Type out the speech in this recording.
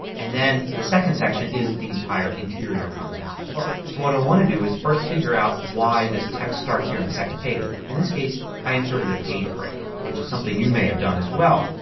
and then the second section is the entire interior contents of the book. so what i want to do is first figure out why this text starts here on and the second page. in this case i inserted a page break which is something you may have done as well.